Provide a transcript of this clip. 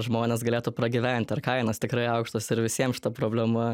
žmonės galėtų pragyvent ir kainos tikrai aukštos ir visiem šita problema